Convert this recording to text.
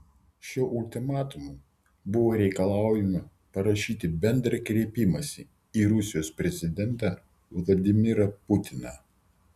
šiuo ultimatumu buvo reikalaujama parašyti bendrą kreipimąsi į rusijos prezidentą vladimirą putiną